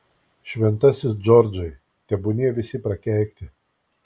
šventasis džordžai tebūnie visi prakeikti